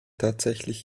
tatsächlich